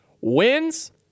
Wins